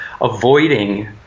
avoiding